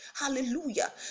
Hallelujah